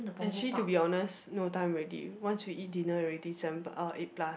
actually to be honest no time already once we eat dinner already seven pl~ uh eight plus